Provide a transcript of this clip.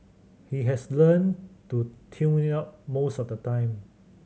he has learnt to tune it out most of the time